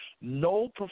No